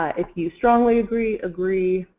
ah if you strongly agree, agree,